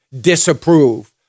disapprove